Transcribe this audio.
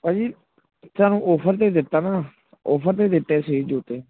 ਭਾਅ ਜੀ ਤੁਹਾਨੂੰ ਔਫਰ ਤੇ ਦਿੱਤਾ ਨਾ ਔਫਰ 'ਤੇ ਦਿੱਤੇ ਸੀ ਜੁੱਤੇ